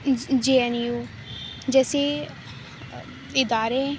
جے N U جیسے ادارے